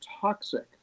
toxic